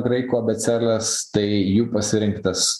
graikų abėcėlės tai jų pasirinktas